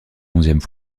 onzième